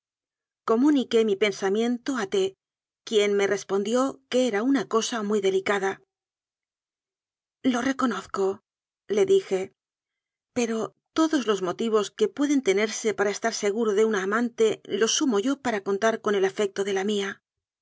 comuniqué mi pensamiento a t quien me respondió que era una cosa muy delicada lo reconozcole dije pero todos los motivos que pueden tenerse para estar seguro de una amante los sumo yo para contar con el afecto de la mía